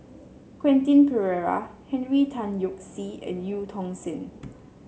Quentin Pereira Henry Tan Yoke See and Eu Tong Sen